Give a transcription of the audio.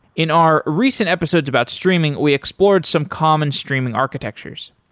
in our recent episodes about streaming, we explored some common streaming architectures.